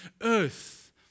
earth